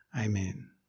Amen